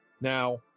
now